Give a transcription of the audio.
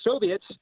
Soviets